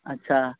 اچھا